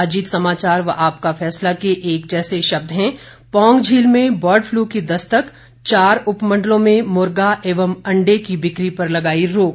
अजीत समाचार व आपका फैसला के एक जैसे शब्द हैं पौंग झील में बर्ड फ़लू की दस्तक चार उपमंडलों में मुर्गा एवं अंडे की बिकी पर लगाई रोक